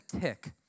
tick